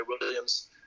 Williams